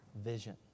vision